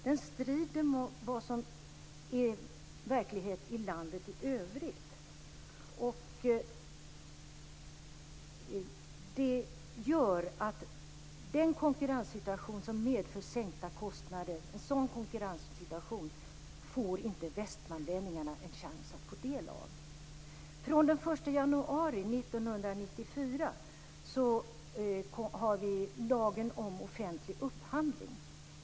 Det strider mot vad som är verklighet i landet i övrigt. Det gör att västmanlänningarna inte får chans att få del av en konkurrenssituation som medför sänkta kostnader. Från den 1 januari 1994 har vi lagen om offentlig upphandling.